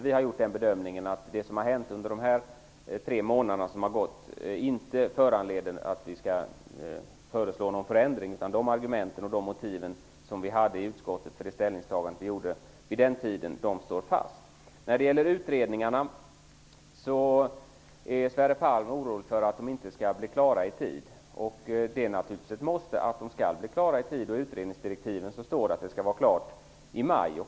Vi har gjort bedömningen att det som har hänt under de tre månader som gått inte föranleder att vi skall föreslå någon förändring, utan de argument och de motiv som vi hade i utskottet för det ställningstagande vi gjorde vid den tiden står fast. Sverre Palm är orolig för att utredningarna inte skall bli klara i tid. Det är naturligtvis ett måste att de skall bli klara i tid. I utredningsdirektiven står det att arbetet skall vara klart i maj.